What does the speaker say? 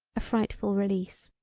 a frightful release.